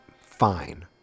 Fine